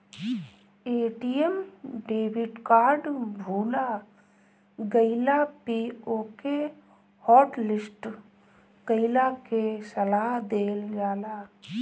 ATM debit card भूला गईला पे ओके हॉटलिस्ट कईला के सलाह देहल जाला